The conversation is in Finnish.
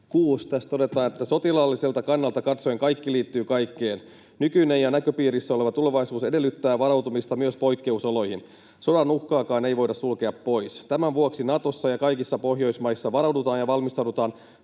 Tässä todetaan: ”Sotilaalliselta kannalta katsoen kaikki liittyy kaikkeen. Nykyinen ja näköpiirissä oleva tulevaisuus edellyttää varautumista myös poikkeusoloihin. Sodan uhkaakaan ei voida sulkea pois. Tämän vuoksi Natossa ja kaikissa Pohjoismaissa varaudutaan ja valmistaudutaan